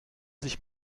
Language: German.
sich